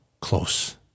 close